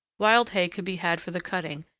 wild hay could be had for the cutting,